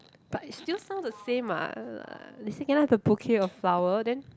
but it still sound the same [what] uh you say can I have the bouquet of flower then